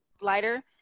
lighter